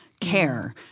care